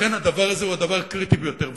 לכן, הדבר הזה הוא הדבר הקריטי ביותר.